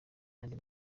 yandi